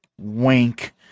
Wink